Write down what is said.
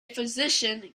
physician